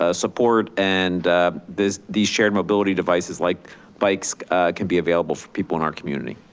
ah support and these these shared mobility devices like, bikes can be available for people in our community.